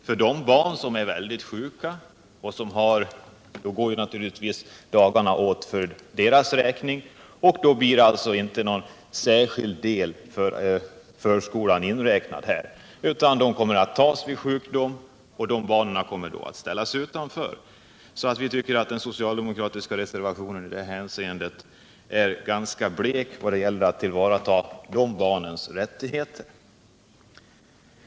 När det gäller barn som ofta är sjuka går dagarna åt vid sjukdom, och då blir det inte någonting över för förskolan. De barnen kommer alltså att ställas utanför. Vi tycker att den socialdemokratiska motionen är blek då det gäller att tillvarata dessa barns rättigheter.